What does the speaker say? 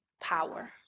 power